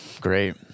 Great